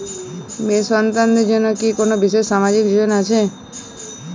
মেয়ে সন্তানদের জন্য কি কোন বিশেষ সামাজিক যোজনা আছে?